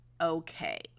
okay